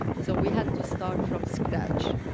so we had to start from scratch.